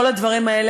כל הדברים האלה,